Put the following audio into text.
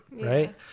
right